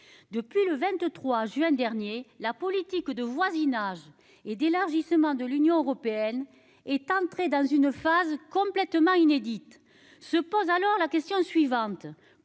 Depuis le 23 juin dernier, la politique de voisinage et d'élargissement de l'Union européenne est entrée dans une phase complètement inédite. Se pose alors la question suivante